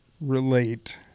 relate